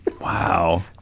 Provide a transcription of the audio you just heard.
Wow